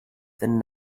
than